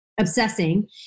obsessing